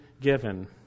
given